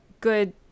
good